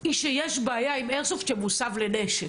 היא שיש בעיה עם איירסופט שמוסב לנשק.